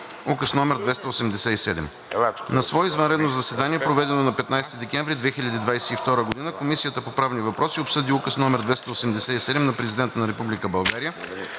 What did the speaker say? Указ № 287 На свое извънредно заседание, проведено на 15 декември 2022 г., Комисията по правни въпроси обсъди Указ № 287 на Президента на Република България,